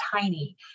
tiny